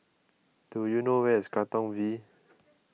do you know where is Katong V